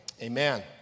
Amen